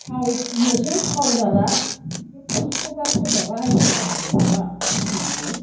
थाव फुननोसै फावदारआ ओमफ्राय फन्डस पावदार सोरबाबा आइचक्रिम बाबो माबा मा होनोमोनलाय